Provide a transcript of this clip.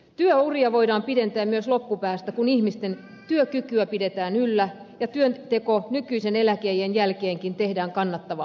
työuria voidaan pidentää myös loppupäästä kun ihmisten työkykyä pidetään yllä ja työnteko nykyisen eläkeiän jälkeenkin tehdään kannattavammaksi